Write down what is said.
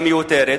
היא מיותרת,